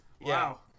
Wow